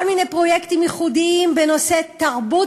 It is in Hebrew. כל מיני פרויקטים ייחודיים בנושא תרבות